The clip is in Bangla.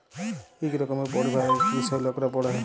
ইক রকমের পড়্হাবার ইক বিষয় লকরা পড়হে